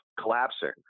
collapsing